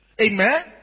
Amen